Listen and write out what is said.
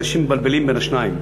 כי אנשים מבלבלים בין השניים.